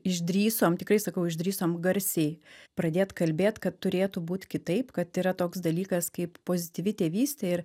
išdrįsom tikrai sakau išdrįsom garsiai pradėt kalbėt kad turėtų būt kitaip kad yra toks dalykas kaip pozityvi tėvystė ir